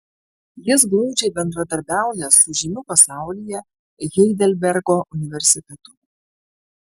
jis glaudžiai bendradarbiauja su žymiu pasaulyje heidelbergo universitetu